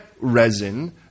resin